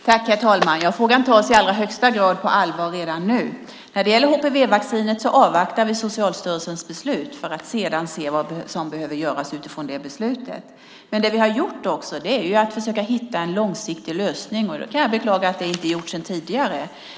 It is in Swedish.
Herr talman! Frågan tas i allra högsta grad på allvar redan nu. När det gäller HPV-vaccinet avvaktar vi Socialstyrelsens beslut för att sedan se vad som behöver göras. Vi har också försökt att hitta en långsiktig lösning. Jag kan beklaga att det inte har gjorts tidigare.